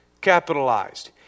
capitalized